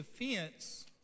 defense